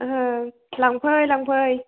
ओं लांफै लांफै